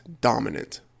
dominant